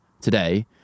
today